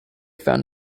found